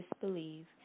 disbelieve